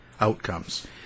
outcomes